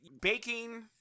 baking